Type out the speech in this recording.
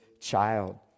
child